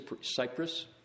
Cyprus